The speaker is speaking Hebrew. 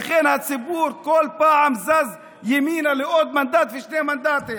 ולכן הציבור כל פעם זז ימינה לעוד מנדט ושני מנדטים.